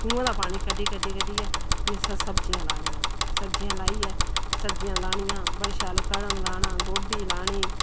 खूहें दा पानी कड्ढी कड्ढी कड्ढियै फ्ही असें सब्जियां लानियां सब्जियां लाइयै सब्जियां लानियां बड़े शैल ओह् कड़म लाना गोभी लानी